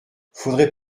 faudrait